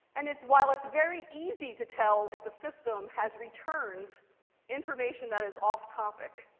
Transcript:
and it's while it's very easy to tell if a system has returned information that is off topic,